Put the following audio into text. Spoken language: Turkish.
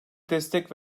destek